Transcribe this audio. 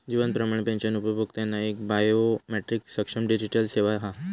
जीवन Pramaan pension उपभोक्त्यांका एक biometric सक्षम डिजीटल सेवा हा